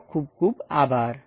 તમારો ખુબ ખુબ આભાર